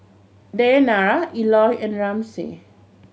Dayanara Eloy and Ramsey